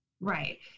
Right